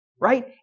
right